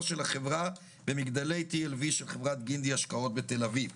של החברה במגדלי TLV של חברת גינדי השקעות בתל אביב".